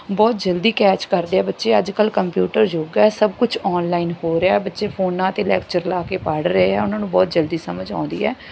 ਬਹੁਤ ਜਲਦੀ ਕੈਚ ਕਰਦੇ ਆ ਬੱਚੇ ਅੱਜ ਕੱਲ੍ਹ ਕੰਪਿਊਟਰ ਯੁਗ ਹੈ ਸਭ ਕੁਝ ਆਨਲਾਈਨ ਹੋ ਰਿਹਾ ਬੱਚੇ ਫੋਨਾਂ 'ਤੇ ਲੈਕਚਰ ਲਾ ਕੇ ਪੜ੍ਹ ਰਹੇ ਆ ਉਹਨਾਂ ਨੂੰ ਬਹੁਤ ਜਲਦੀ ਸਮਝ ਆਉਂਦੀ ਹੈ